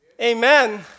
Amen